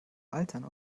altern